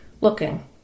looking